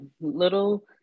little